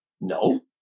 No